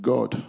God